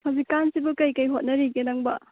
ꯍꯧꯖꯤꯛꯀꯥꯟꯁꯤꯕꯣ ꯀꯩ ꯀꯩ ꯍꯣꯠꯅꯔꯤꯒꯦ ꯅꯪꯕꯣ